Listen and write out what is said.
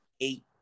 eight